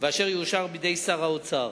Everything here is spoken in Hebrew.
ואשר יאושר בידי שר האוצר.